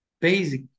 basic